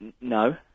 No